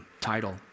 title